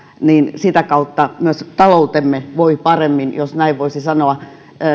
niin sitä kautta myös taloutemme voi paremmin jos näin voisi sanoa